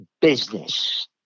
business